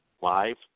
live